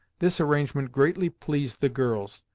this arrangement greatly pleased the girls,